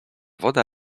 woda